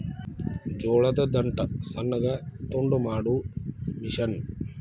ಜೋಳದ ದಂಟ ಸಣ್ಣಗ ತುಂಡ ಮಾಡು ಮಿಷನ್